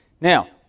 Now